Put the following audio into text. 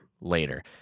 later